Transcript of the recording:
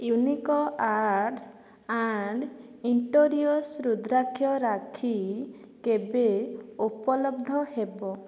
unique arts and interiors rudraksha rakhi କେବେ ଉପଲବ୍ଧ ହେବ